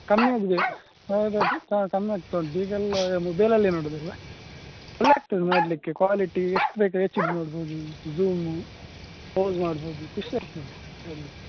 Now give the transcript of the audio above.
ಕಮ್ಮಿಯಾಗಿದೆ ಹಾಗಾಗಿ ಹಾಂ ಕಮ್ಮಿ ಆಗ್ತ ಉಂಟು ಈಗೆಲ್ಲ ಮೊಬೈಲಲ್ಲಿ ನೋಡೋದಲ್ವ ಒಳ್ಳೆ ಆಗ್ತದೆ ನೋಡಲಿಕ್ಕೆ ಕ್ವಾಲಿಟಿ ಎಷ್ಟು ಬೇಕಾರು ಹೆಚ್ ಡಿ ನೋಡ್ಬೌದು ಜೂಮು ಪೌಸ್ ಮಾಡ್ಬೌದು ಖುಷಿ ಆಗ್ತದೆ ನೋಡಲಿಕ್ಕೆ